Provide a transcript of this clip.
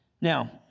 Now